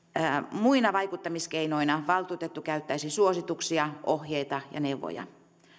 muina vaikuttamiskeinoina valtuutettu käyttäisi suosituksia ohjeita ja neuvoja